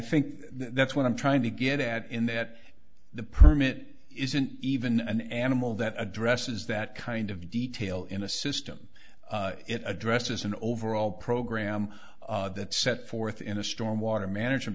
think that's what i'm trying to get at in that the permit isn't even an animal that addresses that kind of detail in a system it addresses an overall program that set forth in a storm water management